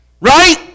Right